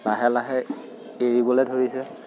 লাহে লাহে এৰিবলে ধৰিছে